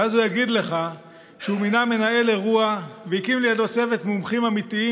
ואז הוא יגיד לך שהוא מינה מנהל אירוע והקים לידו צוות מומחים אמיתיים,